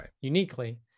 uniquely